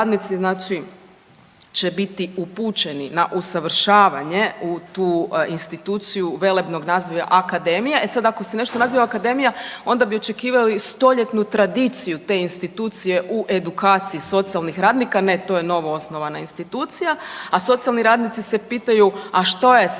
znači će biti upućeni na usavršavanje u tu instituciju velebnog naziva akademija. E sad ako se nešto naziva akademija onda bi očekivali stoljetnu tradiciju te institucije u edukaciji socijalnih radnika, ne to je novoosnovana institucija, a socijalni radnici se pitaju a što je sa postojećim